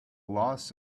loss